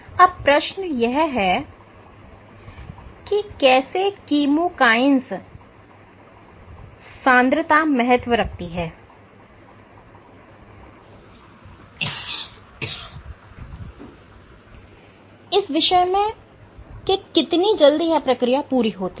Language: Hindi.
अब प्रश्न यह है कि कैसे कीमोकाइंस सांद्रता महत्व रखती है इस विषय में कि कितनी जल्दी यह प्रक्रिया पूरी होती है